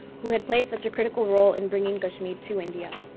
who had played such a critical role in bringing kashmir to india.